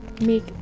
make